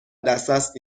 دسترس